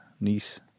niece